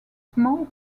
small